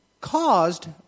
caused